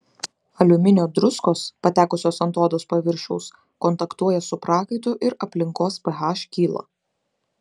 aliuminio druskos patekusios ant odos paviršiaus kontaktuoja su prakaitu ir aplinkos ph kyla